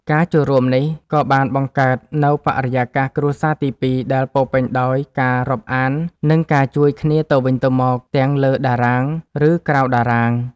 ការចូលរួមនេះ ក៏បានបង្កើតនូវបរិយាកាសគ្រួសារទីពីរដែលពោរពេញដោយការរាប់អាន និងការជួយគ្នាទៅវិញទៅមកទាំងលើតារាង ឬក្រៅតារាង។